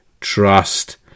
trust